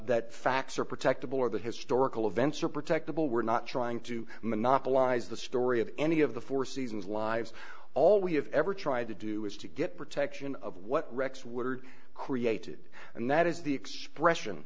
that facts are protective or the historical events are protected while we're not trying to monopolize the story of any of the four seasons lives all we have ever tried to do is to get protection of what wrecks were created and that is the expression